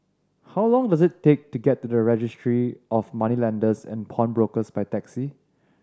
how long does it take to get to Registry of Moneylenders and Pawnbrokers by taxi